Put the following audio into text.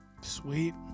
sweet